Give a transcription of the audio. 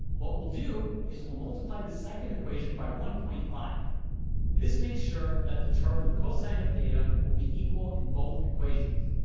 what we'll do is we'll multiply the second equation by one point five this makes sure that the term with cosine of theta will be equal in both equations.